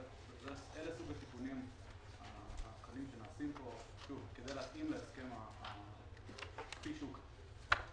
זה סוג התיקונים הקלים שנעשים פה כדי להתאים להסכם ה --- אוקי.